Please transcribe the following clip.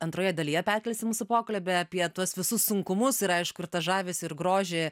antroje dalyje perkelsim mūsų pokalbį apie tuos visus sunkumus ir aišku ir tą žavesį ir grožį